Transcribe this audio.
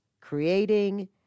creating